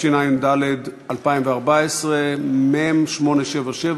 התשע"ד 2014, מ/877.